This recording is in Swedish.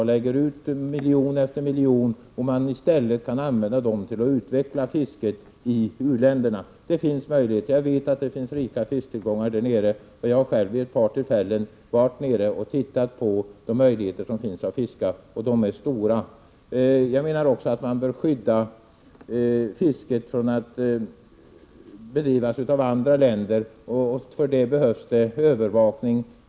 Vi lägger ut miljon efter miljon på detta ändamål, när vi i stället kunde använda pengarna till att utveckla fisket i u-länderna. Det finns möjligheter att utveckla fisket. Jag vet att det finns rika fisktillgångar där nere. Jag har själv vid ett par tillfällen varit där och tittat på vilka möjligheter som finns att fiska, och de är stora. Jag menar också att man bör skydda fisket från att bedrivas av andra länder, och för det behövs det övervakning.